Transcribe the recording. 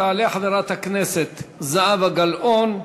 תעלה חברת הכנסת זהבה גלאון,